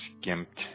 skimped